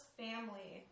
family